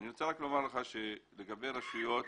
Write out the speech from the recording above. אני רוצה לומר לך שלגבי רשויות